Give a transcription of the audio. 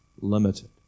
limited